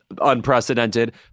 unprecedented